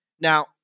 Now